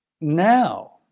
now